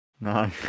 No